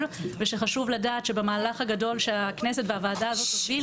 ושחשוב לדעת שהכנסת והוועדה הזאת הובילה